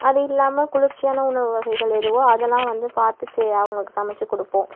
அது இல்லாமல் குளிர்ச்சியான உணவு வகைகள் எதுவோ அதெல்லாம் வந்து பார்த்து செ அவங்களுக்கு சமைச்சி கொடுப்போம்